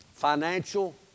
Financial